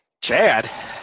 Chad